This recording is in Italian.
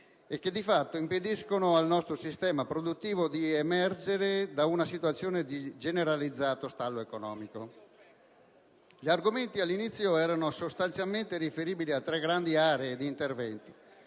e che di fatto impediscono al nostro sistema produttivo di emergere da una situazione di generalizzato stallo economico. Gli argomenti all'inizio erano sostanzialmente riferibili a tre grandi aree di intervento,